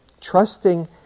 Trusting